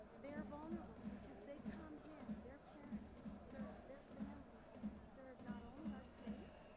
they're vulnerable, because they come in, their parents served, their families served not only our state,